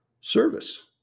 service